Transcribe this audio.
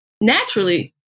naturally